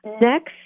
Next